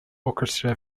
orchestra